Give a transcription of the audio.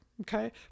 okay